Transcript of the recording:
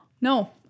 no